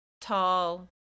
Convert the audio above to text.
Tall